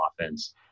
offense